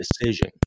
decision